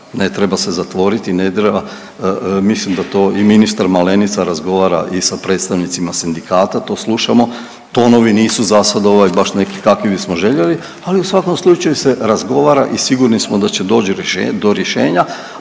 ne treba se zatvoriti i ne treba, mislim da to i ministar Malenica razgovara i sa predstavnicima sindikata to slušamo, tonovi nisu zasad ovaj baš neki kakvi bismo željeli, ali u svakom slučaju se razgovara i sigurni smo da će doći do rješenja,